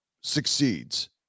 succeeds